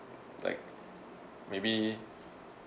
like maybe